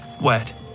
Wet